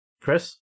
Chris